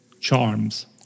charms